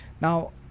Now